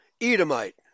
Edomite